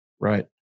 Right